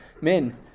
men